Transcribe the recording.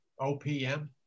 OPM